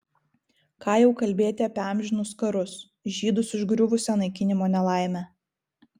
ką jau kalbėti apie amžinus karus žydus užgriuvusią naikinimo nelaimę